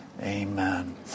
amen